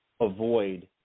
avoid